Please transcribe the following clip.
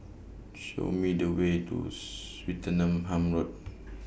Show Me The Way to Swettenham Road